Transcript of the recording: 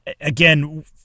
again